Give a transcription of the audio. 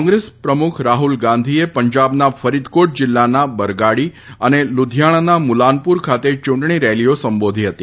કોંગ્રેસ પ્રમુખ રાહુલ ગાંધીએ પંજાબમાં ફરીદકોટ જિલ્લાના બરગાડી અને લુધિયાણાના મુલાનપુર ખાતે ચૂંટણી રેલીઓ સંબોધી હતી